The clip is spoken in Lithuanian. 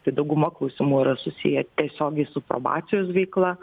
tai dauguma klausimų yra susiję tiesiogiai su probacijos veikla